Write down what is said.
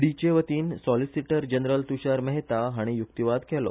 डीचे वतीन solicitor general Tushar Mehta हाणी यूक्तीवाद केलो